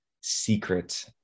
secret